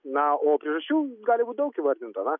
na o priežasčių gali būti daug įvardinta na